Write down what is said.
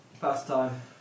pastime